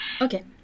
Okay